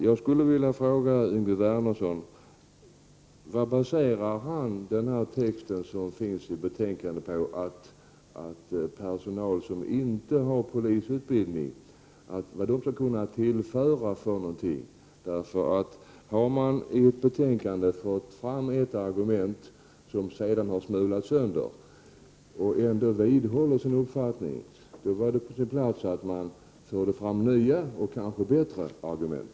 Jag skulle vilja fråga: Vad baserar Yngve Wernersson texten i betänkandet på, att personal som inte har polisutbildning skall kunna tillföra verksamheten något positivt? Har man i ett betänkande fört fram ett argument, som sedan har smulats sönder, och ändå vidhåller sin uppfattning, är det på sin plats att man för fram nya och kanske bättre argument.